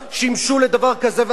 שימשו לדבר כזה ואחר.